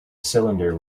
cylinder